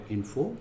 Info